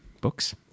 books